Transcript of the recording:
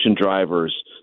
drivers